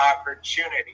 opportunity